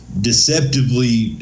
deceptively